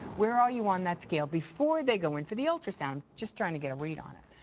where are you on that scale, before they go into the ultrasound, just trying to get a read on it.